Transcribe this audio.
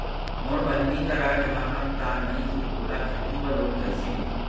मोर बहिनी करा जमानतदार नई हे, ओला खेती बर लोन कइसे मिलही?